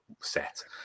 set